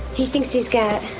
he thinks he's gay